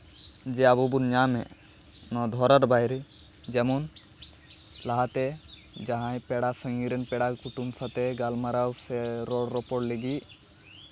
ᱡᱮ ᱟᱵᱚᱵᱚᱱ ᱧᱟᱢᱮᱫ ᱱᱚᱣᱟ ᱫᱚ ᱫᱷᱚᱨᱟᱨ ᱵᱟᱭᱨᱮ ᱡᱮᱢᱚᱱ ᱞᱟᱦᱟᱛᱮ ᱡᱟᱦᱟᱸᱭ ᱯᱮᱲᱟ ᱥᱟᱺᱜᱤᱧ ᱨᱮᱱ ᱯᱮᱲᱟ ᱠᱩᱴᱩᱢ ᱸᱥᱟᱣᱛᱮ ᱜᱟᱞᱢᱟᱨᱟᱣ ᱥᱮ ᱨᱚᱲ ᱨᱚᱯᱚᱲ ᱞᱟᱹᱜᱤᱫ